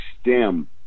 stem